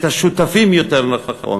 את השותפים, יותר נכון,